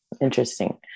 Interesting